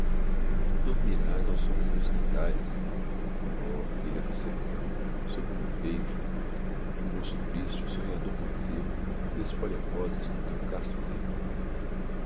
noivado tu dormirás ao som dos meus cantares oh filha do sertão sobre o meu peito o moço triste o sonhador mancebo desfolha rosas no teu casto leito